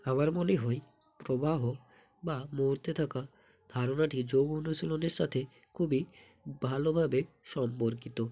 আমার মনে হয় প্রবাহ বা মুহুর্তে থাকা ধারণাটি যৌগ অনুশীলনের সাথে খুবই ভালোভাবে সম্পর্কিত